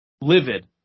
livid